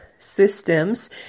systems